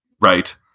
right